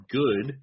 good